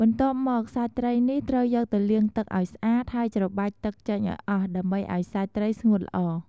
បន្ទាប់មក សាច់ត្រីនេះត្រូវយកទៅលាងទឹកឱ្យស្អាត ហើយច្របាច់ទឹកចេញឱ្យអស់ ដើម្បីឱ្យសាច់ត្រីស្ងួតល្អ។